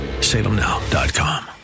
Salemnow.com